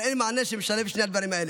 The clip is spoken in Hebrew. אבל אין מענה שמשלב את שני הדברים האלה.